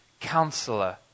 Counselor